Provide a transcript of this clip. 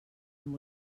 amb